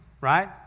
right